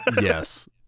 yes